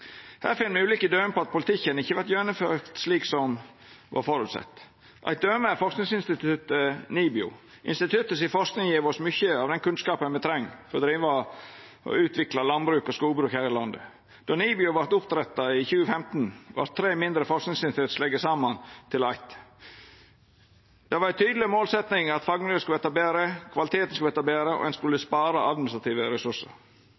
Her finn me ulike døme på at politikken ikkje vert gjennomført slik som var føresett. Eit døme er forskingsinstituttet NIBIO. Forskinga til instituttet gjev oss mykje av den kunnskapen me treng for å driva og utvikla landbruk og skogbruk her i landet. Då NIBIO vart oppretta i 2015, vart tre mindre forskingsinstitutt slegne saman til eitt. Det var ei tydeleg målsetjing at fagmiljøet skulle verta betre, kvaliteten skulle verta betre, og ein skulle spara administrative ressursar.